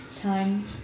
Time